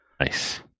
Nice